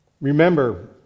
Remember